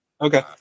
Okay